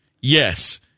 yes